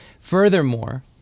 Furthermore